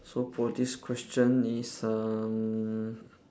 so for this question is um